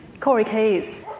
corey keyes,